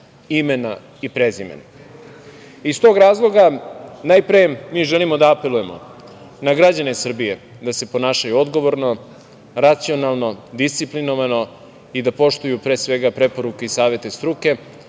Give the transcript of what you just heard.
imena i prezimena. Iz tog razloga najpre mi želimo da apelujemo na građane Srbije da se ponašaju odgovorno, racionalno, disciplinovano i da poštuju pre svega preporuke i savete struke